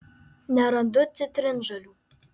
nerandu citrinžolių